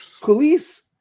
Police